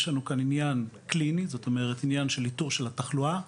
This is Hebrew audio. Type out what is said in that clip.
יש לנו כאן עניין קליני, כלומר איתור התחלואה.